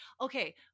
Okay